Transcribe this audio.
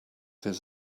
his